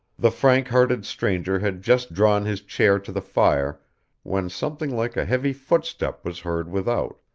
the frank-hearted stranger had just drawn his chair to the fire when something like a heavy footstep was heard without,